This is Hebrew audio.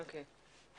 אוקיי.